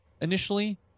initially